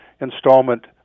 installment